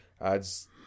Adds